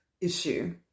issue